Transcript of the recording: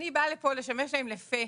אני באה לפה לשמש להם לפה,